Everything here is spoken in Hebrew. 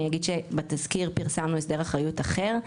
אני אגיד שבתזכיר פרסמנו הסדר אחריות אחר,